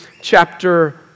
chapter